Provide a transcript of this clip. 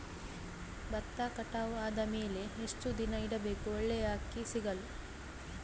ಭತ್ತ ಕಟಾವು ಆದಮೇಲೆ ಎಷ್ಟು ದಿನ ಇಡಬೇಕು ಒಳ್ಳೆಯ ಅಕ್ಕಿ ಸಿಗಲು?